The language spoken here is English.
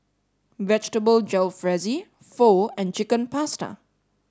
Vegetable Jalfrezi Pho and Chicken Pasta